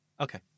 Okay